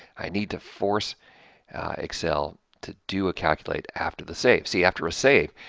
i need to force excel to do a calculate after the save. see after a save,